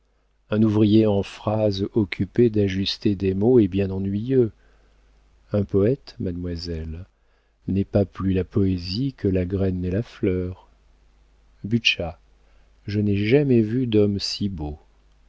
un ouvrier en phrases occupé d'ajuster des mots est bien ennuyeux un poëte mademoiselle n'est pas plus la poésie que la graine n'est la fleur butscha je n'ai jamais vu d'homme si beau